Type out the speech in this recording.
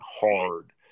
hard